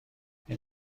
این